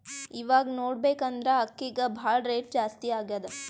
ಇವಾಗ್ ನೋಡ್ಬೇಕ್ ಅಂದ್ರ ಅಕ್ಕಿಗ್ ಭಾಳ್ ರೇಟ್ ಜಾಸ್ತಿ ಆಗ್ಯಾದ